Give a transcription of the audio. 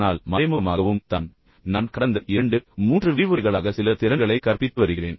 ஆனால் மறைமுகமாகவும் தான் நான் கடந்த 2 3 விரிவுரைகளாக சில திறன்களை கற்பித்து வருகிறேன்